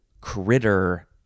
critter